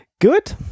Good